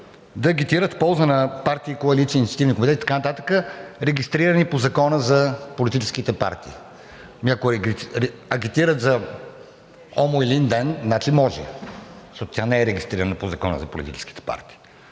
да агитират в полза на партии, коалиции, инициативни комитети и така нататък, регистрирани по Закона за политическите партии. Ами ако агитират за ОМО „Илинден“, значи може, защото тя не е регистрирана по Закона за политическите партии.